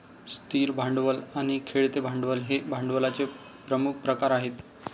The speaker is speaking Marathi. स्थिर भांडवल आणि खेळते भांडवल हे भांडवलाचे प्रमुख प्रकार आहेत